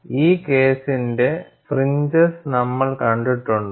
ഈ കേസിന്റെ ഫ്രിഞ്ചസ് നമ്മൾ കണ്ടിട്ടുണ്ടോ